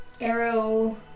arrow